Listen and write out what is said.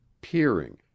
peering